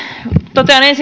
totean